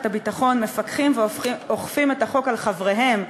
הביטחון מפקחים ואוכפים את החוק על חבריהם,